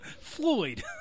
Floyd